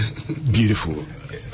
Beautiful